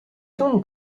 donc